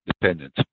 dependent